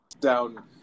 down